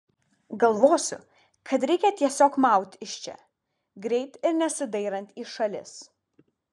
galvosiu kad reikia tiesiog maut iš čia greit ir nesidairant į šalis